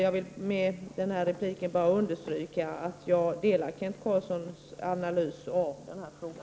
Jag vill med denna replik bara understryka att jag ansluter mig till Kent Carlssons analys av denna fråga.